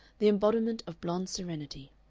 the embodiment of blond serenity.